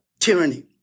Tyranny